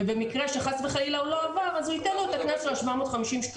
ובמקרה שחס וחלילה הוא לא עבר אז הוא ייתן לו את הקנס של ה-750 שקלים,